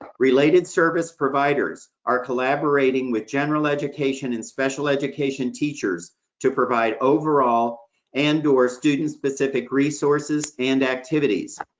ah related service providers are collaborating with general education and special education teachers to provide overall and or student-specific resources and activities.